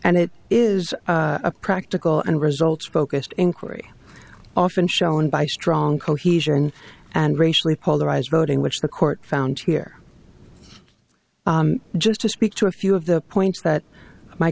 and it is a practical and results focused inquiry often shown by strong cohesion and racially polarized voting which the court found here just to speak to a few of the points that my